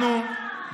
מה זה, נאום בחירות?